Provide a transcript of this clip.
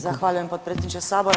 Zahvaljujem potpredsjedniče sabora.